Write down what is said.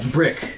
Brick